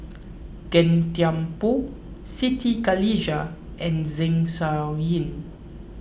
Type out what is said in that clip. Gan Thiam Poh Siti Khalijah and Zeng Shouyin